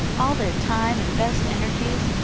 all their time and best energies,